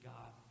God